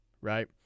right